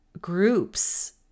groups